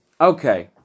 Okay